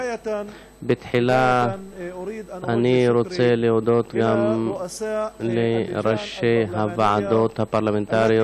תחילה אני רוצה להודות גם לראשי הוועדות הפרלמנטריות